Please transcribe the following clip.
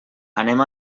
anem